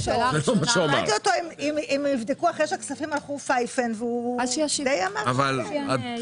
שאלתי אותו אם יבדקו אחרי שהכספים הלכו פייפן והוא די אמר שכן.